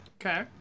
Okay